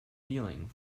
feeling